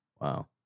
Wow